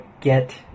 get